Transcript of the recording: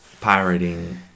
pirating